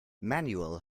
manuel